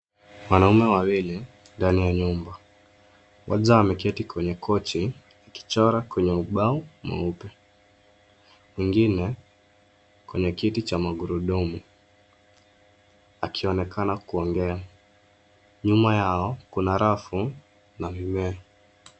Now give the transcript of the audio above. Wanaume wawili ndani ya nyumba, mmoja ameketi kwenye kochi akichora kwenye ubao mweupe, mwingine kwenye kiti cha magurudumu, akionekana kuongea. Nyuma yao kuna rafu na mimea.